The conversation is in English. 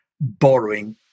borrowing